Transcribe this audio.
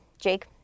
Jake